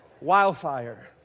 wildfire